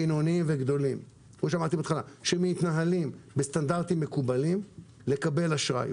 בינוניים וגדולים שמתנהלים בסטנדרטים מקובל לקבל אשראי.